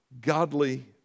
godly